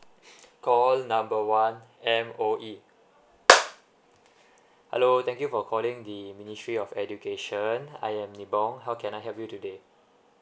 call number one M_O_E hello thank you for calling the ministry of education I am nibong how can I help you today